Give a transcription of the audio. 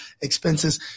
expenses